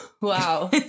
Wow